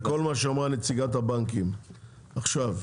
וכל מה שאמרה נציגת הבנקים עכשיו,